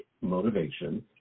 motivation